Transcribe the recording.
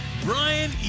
brian